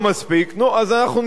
אז נבחן גם את זה.